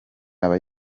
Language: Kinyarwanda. aba